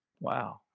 Wow